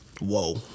Whoa